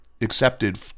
accepted